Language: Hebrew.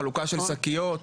חלוקה של שקיות.